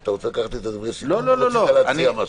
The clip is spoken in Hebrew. אתה רוצה לקחת לי את דברי הסיכום או שאתה רוצה להציע משהו?